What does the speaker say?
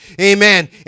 amen